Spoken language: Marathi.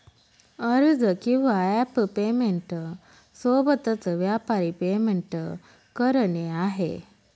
अर्ज किंवा ॲप पेमेंट सोबतच, व्यापारी पेमेंट करणे आहे